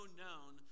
known